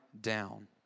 down